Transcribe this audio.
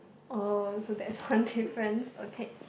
oh so that's one difference okay